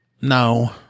no